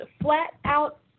flat-out